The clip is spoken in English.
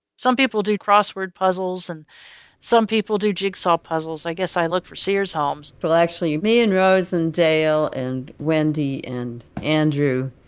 some people do crossword puzzles, and some people do jigsaw puzzles. i guess i look for sears homes. well actually, me and rose, and dale, and wendy, and andrew,